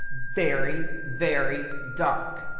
very, very dark.